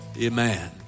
amen